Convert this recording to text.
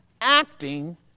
acting